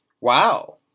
Wow